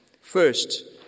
first